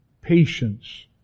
patience